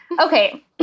Okay